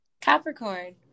Capricorn